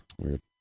Weird